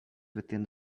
within